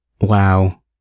Wow